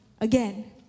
again